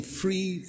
free